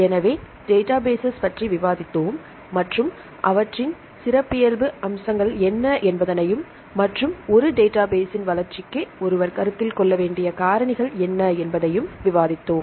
எனவே டேட்டாபேஸஸ் பற்றி விவாதித்தோம் மற்றும் அவற்றின் சிறப்பியல்பு அம்சங்கள் என்ன என்பதையும் மற்றும் ஒரு டேட்டாபேஸஸின் வளர்ச்சிக்கு ஒருவர் கருத்தில் கொள்ள வேண்டிய காரணிகள் என்ன என்பதையும் விவாதித்தோம்